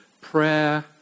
prayer